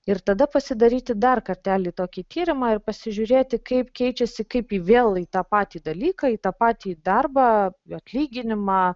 ir tada pasidaryti dar kartelį tokį tyrimą ir pasižiūrėti kaip keičiasi kaip į vėl į tą patį dalyką į tą patį darbą jo atlyginimą